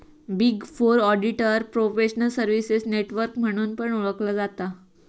big four auditor professional services network म्हणून पण ओळखला जाता